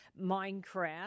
Minecraft